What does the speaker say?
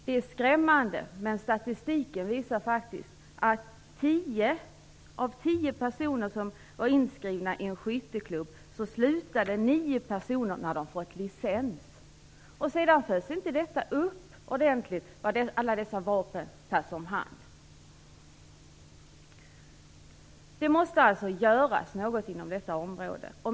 Det är skrämmande, men statistiken visar faktiskt att av tio personer inskrivna i en skytteklubb slutar nio sedan de fått licens. Sedan följs det inte upp ordentligt hur alla dessa vapen tas om hand. Något måste alltså göras på detta område.